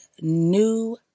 new